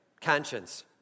conscience